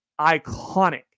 iconic